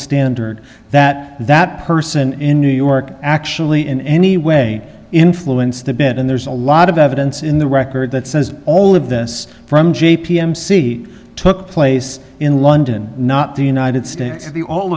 standard that that person in new york actually in any way influenced the bed and there's a lot of evidence in the record that says all of this from j p m c took place in london not the united states the all